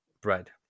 bread